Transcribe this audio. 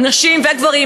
נשים וגברים,